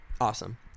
Awesome